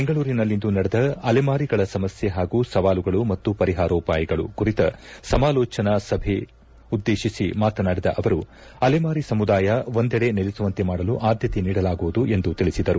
ಬೆಂಗಳೂರಿನಲ್ಲಿಂದು ನಡೆದ ಅಲೆಮಾರಿಗಳ ಸಮಸ್ನೆ ಹಾಗೂ ಸವಾಲುಗಳು ಮತ್ತು ಪರಿಹಾರೋಪಾಯಗಳು ಕುರಿತ ಸಮಾಲೋಚನಾ ಸಭೆ ಉದ್ವಾಟಿಸಿ ಮಾತನಾಡಿದ ಅವರು ಅಲೆಮಾರಿ ಸಮುದಾಯ ಒಂದೆಡೆ ನೆಲೆಸುವಂತೆ ಮಾಡಲು ಆದ್ದತೆ ನೀಡಲಾಗುವುದು ಎಂದು ತಿಳಿಸಿದರು